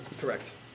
Correct